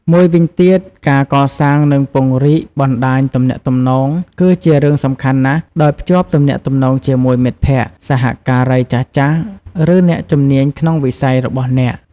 មួយវិញទៀត ការកសាងនិងពង្រីកបណ្ដាញទំនាក់ទំនង គឺជារឿងសំខាន់ណាស់ ដោយភ្ជាប់ទំនាក់ទំនងជាមួយមិត្តភក្តិ សហការីចាស់ៗ ឬអ្នកជំនាញក្នុងវិស័យរបស់អ្នក។